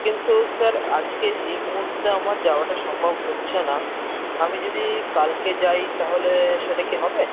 কিন্তু স্যার আজকে এই মুহূর্তে আমার যাওয়াটা সম্ভব হচ্ছে না আমি যদি কালকে যাই তাহলে সেটা কি হবে